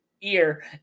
ear